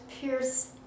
Pierce